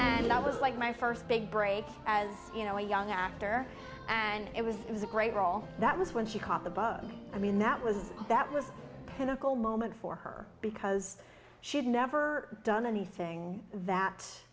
and i was like my first big break as you know a young actor and it was it was a great role that was when she caught the bug i mean that was that was the goal moment for her because she'd never done anything